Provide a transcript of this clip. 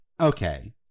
okay